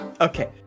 Okay